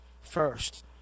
First